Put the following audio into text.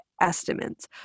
estimates